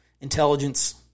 intelligence